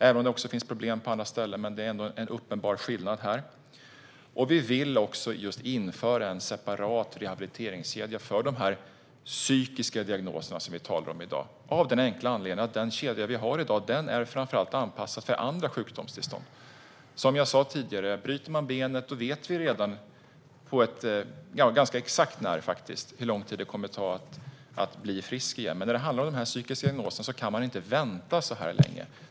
Det finns problem på andra ställen också, men det är ändå en uppenbar skillnad. Vi vill också införa en separat rehabiliteringskedja för de här psykiska diagnoserna som vi talar om i dag av den enkla anledningen att den kedja vi har i dag framför allt är anpassad till andra sjukdomstillstånd. Som jag sa tidigare vet vi redan ganska exakt hur lång tid det kommer att ta att bli frisk för någon som bryter benet. Men när det handlar om de här psykiska diagnoserna kan man inte vänta så här länge.